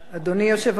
אדוני היושב-ראש,